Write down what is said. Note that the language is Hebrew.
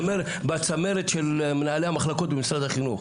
בצמרת של מנהלי המחלקות במשרד החינוך.